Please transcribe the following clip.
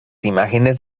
imágenes